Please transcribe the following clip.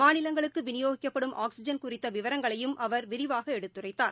மாநிலங்களுக்குவிநியோகிக்கப்படும் oxygen குறித்தவிவரங்களையும் அவர் விரிவாகஎடுத்துரைத்தார்